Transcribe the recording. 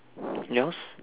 yours